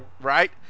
Right